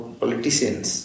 politicians